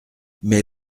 mais